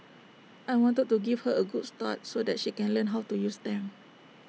I wanted to give her A good start so that she can learn how to use them